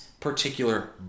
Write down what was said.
particular